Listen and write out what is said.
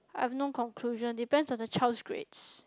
I have no conclusion depends on the child's grades